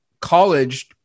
college